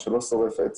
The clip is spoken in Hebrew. או שלא שורף עץ